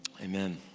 amen